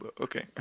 Okay